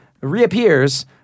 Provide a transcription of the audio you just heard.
reappears